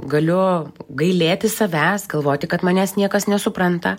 galiu gailėti savęs galvoti kad manęs niekas nesupranta